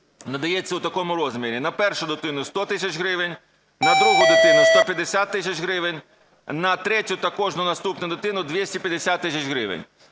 надається у такому розмірі: на першу дитину – 100 тисяч гривень, на другу дитину – 150 тисяч гривень, на третю та кожну наступну дитину – 250 тисяч гривень".